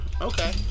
Okay